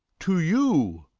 to you!